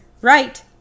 right